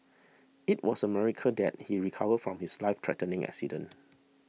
it was a miracle that he recovered from his life threatening accident